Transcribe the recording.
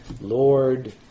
Lord